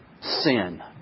sin